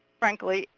frankly,